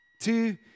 Two